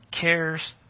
cares